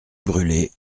brulé